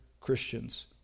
Christians